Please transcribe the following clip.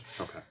okay